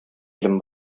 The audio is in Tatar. илем